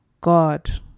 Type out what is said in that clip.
God